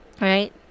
Right